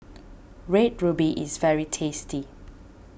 Red Ruby is very tasty